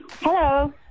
Hello